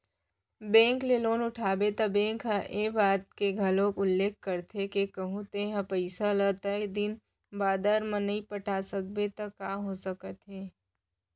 bank ले loan उठाबे त बेंक ह ए बात के घलोक उल्लेख करथे के कहूँ तेंहा पइसा ल तय दिन बादर म नइ पटा सकबे त का हो सकत हे